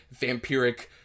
vampiric